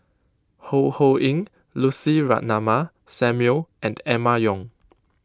Ho Ho Ying Lucy Ratnammah Samuel and Emma Yong